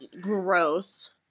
gross